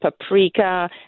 paprika